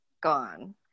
gone